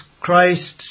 Christ